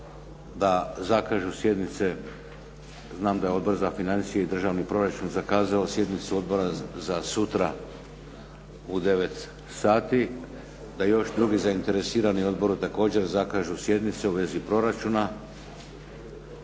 da zakažu sjednice, znam da je Odbor za financije i državni proračun zakazao sjednicu Odbora za sutra u 9 sati, da još drugi zainteresirani odbori također zakažu sjednicu u svezi proračuna,